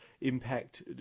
impact